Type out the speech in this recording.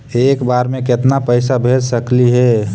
एक बार मे केतना पैसा भेज सकली हे?